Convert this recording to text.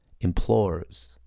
implores